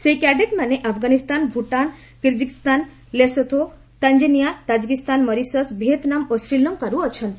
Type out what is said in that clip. ସେହି କ୍ୟାଡେଟ୍ମାନେ ଆଫଗାନିସ୍ତାନଭୁଟାନ କିରିଗିଜ୍ସ୍ତାନ Lesotho Tanzania Tajikistan Mauritius Vietnam ଓ ଶ୍ରୀଲଙ୍କାର୍ ଅଛନ୍ତି